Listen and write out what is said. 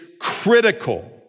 critical